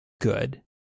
good